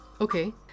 okay